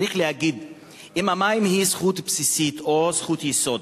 צריך להגיד אם המים הם זכות בסיסית או זכות יסוד.